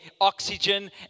oxygen